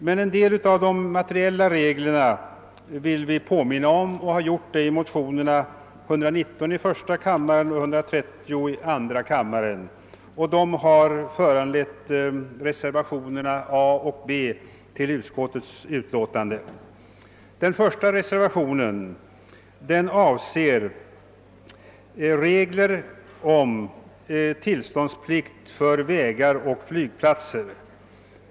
Men en del av de materiella reglerna vill vi påminna om, och det har vi gjort i motionerna 1: 119 och 1II:130. De har föranlett reservationerna I vid A i utskottets hemställan och II vid B i utskottets hemställan. Den första reservationen rör regler om tillståndsplikt i fråga om vägar och flygplatser.